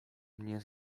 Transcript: mnie